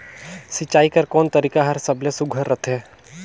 सिंचाई कर कोन तरीका हर सबले सुघ्घर रथे?